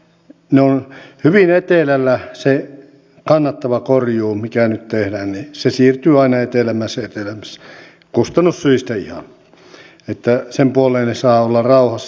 on hyvin etelässä se kannattava korjuu mikä nyt tehdään ja se siirtyy aina etelämmäs ja etelämmäs kustannussyistä ihan että sen puoleen ne saa olla rauhassa